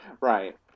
right